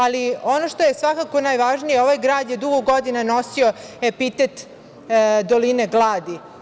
Ali, ono što je svakako najvažnije, ovaj grad je dugo godina nosio epitet doline gladi.